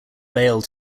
bail